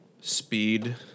speed